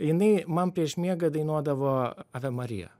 jinai man prieš miegą dainuodavo ave marija